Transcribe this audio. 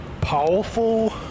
powerful